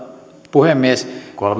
puhemies